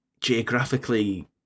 geographically